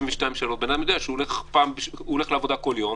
שהוא הולך לעבודה כל יום.